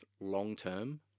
long-term